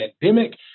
pandemic